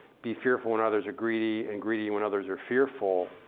be fearful when others are greedy and greedy when others are fearful.